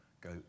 go